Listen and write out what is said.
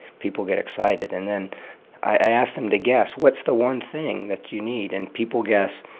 people get excited. and then i ask them to guess what's the one thing that you need. and people guess,